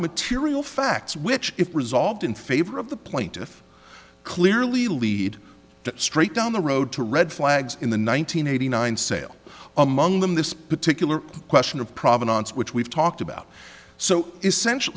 material facts which if resolved in favor of the plaintiff clearly lead to straight down the road to red flags in the one nine hundred eighty nine sale among them this particular question of provenance which we've talked about so essential